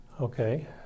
Okay